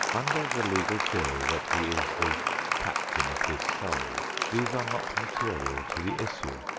under the legal theory that he is the captain of his soul, these are not material to the issue.